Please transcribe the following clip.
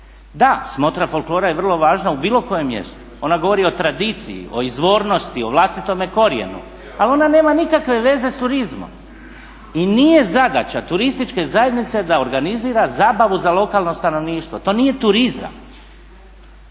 Da, smotra folklora je vrlo važna u bilo kojem mjestu, ona govori o tradiciji, o izvornosti, o vlastitome korijenu, ali ona nema nikakve veze s turizmom. I nije zadaća turističke zajednice da organizira zabavu za lokalno stanovništvo, to nije turizam.